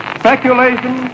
speculation